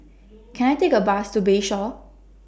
Can I Take A Bus to Bayshore